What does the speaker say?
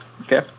Okay